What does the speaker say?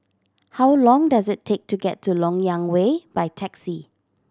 how long does it take to get to Lok Yang Way by taxi